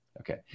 Okay